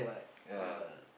ya